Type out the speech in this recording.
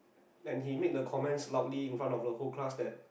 and he made a comments loudly in front of the whole class that